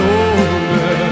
older